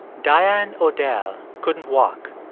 dianne odell couldn't walk.